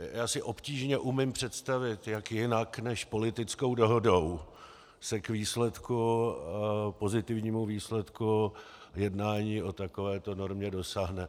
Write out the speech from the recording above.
Já si obtížně umím představit, jak jinak než politickou dohodou se k pozitivnímu výsledku jednání o takovéto normě dosáhne.